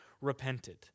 repented